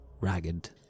ragged